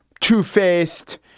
Two-Faced